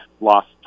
lost